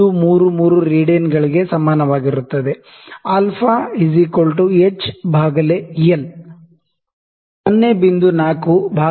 00133 ರೇಡಿಯನ್ಗಳಿಗೆ ಸಮಾನವಾಗಿರುತ್ತದೆ alpha α H L 0